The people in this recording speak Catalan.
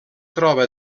troba